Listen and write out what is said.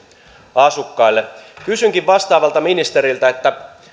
asukkaille kysynkin vastaavalta ministeriltä